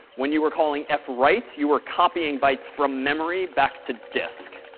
when you were calling fwrite, you were copying bytes from memory back to disk.